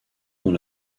dans